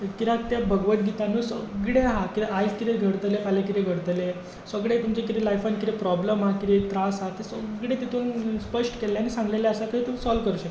कित्याक त्या भगवदगितान न्हय सगळें आसा कित्याक आयज कितें घडतलें फाल्यां कितें घडतलें सगळें तुमचें कितें लायफान कितें प्रॉब्लम आसा कितें त्रास आसा तें सगळें तातूंत स्पश्ट केल्लें आनी सांगिल्लें आसा की तूं सोल्व करूंक शकता